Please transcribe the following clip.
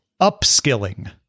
upskilling